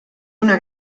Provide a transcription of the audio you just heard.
una